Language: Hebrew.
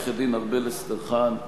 לעורכת-דין ארבל אסטרחן,